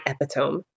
epitome